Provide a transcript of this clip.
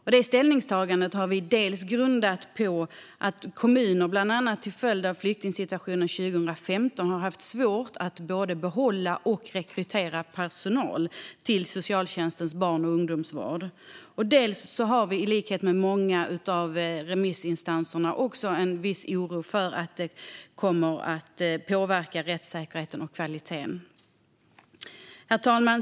Vårt ställningstagande har vi grundat på att kommuner, bland annat till följd av flyktingsituationen 2015, har haft svårt att både behålla och rekrytera personal till socialtjänstens barn och ungdomsvård. Dessutom har vi, i likhet med många av remissinstanserna, en viss oro för att det kommer att påverka rättssäkerheten och kvaliteten. Herr talman!